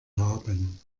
haben